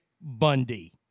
Bundy